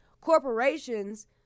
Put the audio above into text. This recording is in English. corporations